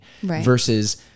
versus